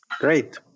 Great